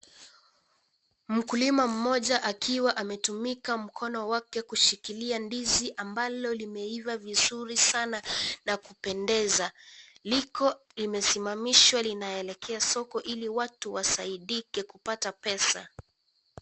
Mkulima mmoja, akiwa ametumika mkono wake kushikilia ndizi ambalo limeiva vizuri sana na kupendeza. Liko, limesimamishwa, linaelekea soko, ili watu wasaidike kupata pesa.